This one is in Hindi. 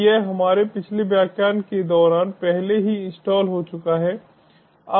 तो यह हमारे पिछले व्याख्यान के दौरान पहले ही इंस्टॉल हो चुका है